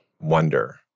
wonder